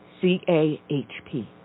CAHP